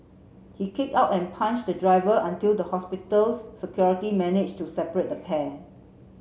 he kicked out and punched the driver until the hospitals security managed to separate the pair